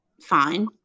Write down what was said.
fine